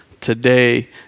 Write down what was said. today